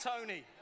Tony